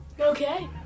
Okay